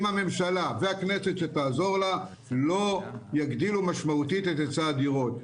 הממשלה והכנסת לא יגדילו משמעותית את היצע הדירות.